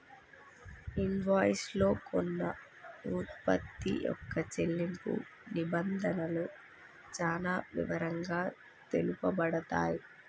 invoice లో కొన్న వుత్పత్తి యొక్క చెల్లింపు నిబంధనలు చానా వివరంగా తెలుపబడతయ్